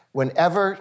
whenever